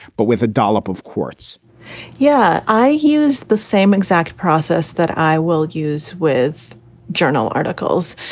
but with a dollop of quartz yeah. i use the same exact process that i will use with journal articles,